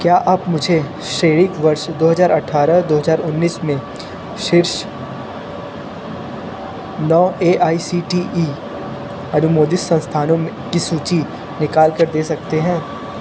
क्या आप मुझे शैक्षणिक वर्ष दो हज़ार अठारह दो हज़ार उन्नीस में शीर्ष नौ A I C T E अनुमोदित संस्थानों मे की सूची निकाल कर दे सकते हैं